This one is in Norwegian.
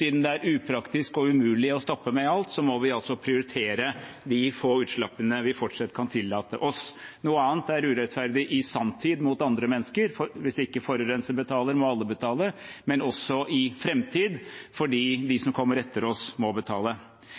det er upraktisk og umulig å stoppe med alt, må vi altså prioritere de få utslippene vi fortsatt kan tillate oss. Noe annet er urettferdig i sanntid mot andre mennesker, for hvis ikke forurenser betaler, må alle betale, og også i framtid fordi de som kommer etter oss, må betale.